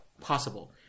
possible